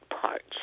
parts